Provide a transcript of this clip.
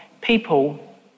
people